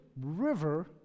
river